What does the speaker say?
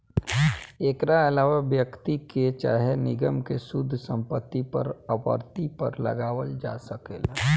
एकरा आलावा व्यक्ति के चाहे निगम के शुद्ध संपत्ति पर आवर्ती कर लगावल जा सकेला